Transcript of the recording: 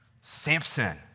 Samson